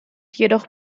jedoch